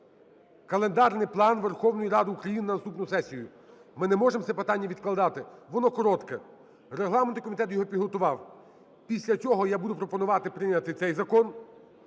календарний план Верховної Ради України на наступну сесію. Ми не можемо це питання відкладати, воно коротке. Регламентний комітет його підготував. Після цього я буду пропонувати прийняти цей закон.